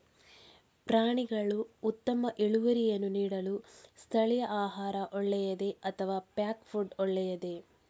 ಪ್ರಾಣಿಗಳು ಉತ್ತಮ ಇಳುವರಿಯನ್ನು ನೀಡಲು ಸ್ಥಳೀಯ ಆಹಾರ ಒಳ್ಳೆಯದೇ ಅಥವಾ ಪ್ಯಾಕ್ ಫುಡ್ ಒಳ್ಳೆಯದೇ?